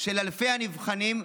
של אלפי הנבחנים,